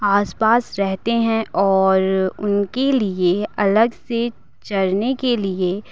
आसपास रहते हैं और उनके लिए अलग से चरने के लिए